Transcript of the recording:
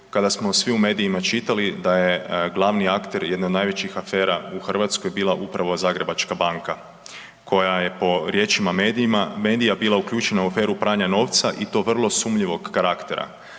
kada smo svi u medijima čitali da je glavni akter jedne od najvećih afera u Hrvatskoj bila upravo Zagrebačka banka koja je po riječima medija bila uključena u aferu pranja novca i to vrlo sumnjivog karaktera,